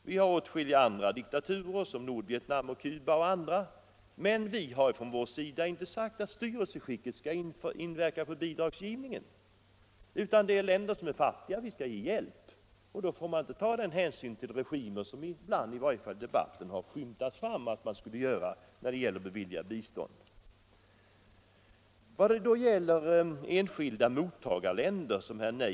Vi har åtskilliga andra diktaturer på listan —- Nordvietnam, Cuba och andra — men vi har från vår sida inte sagt att styrelseskicket skall inverka på bidragsgivningen. Det är helt enkelt fattiga länder som vi skall ge hjälp, och då får vi inte ta hänsyn till deras regim — en tankegång som i varje fall ibland har skymtat fram Herr Arne Geijer i Stockholm tog upp frågan om enskilda mottagarländer.